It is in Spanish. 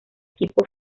equipo